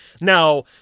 Now